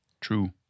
True